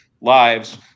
lives